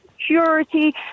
security